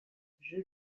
jeu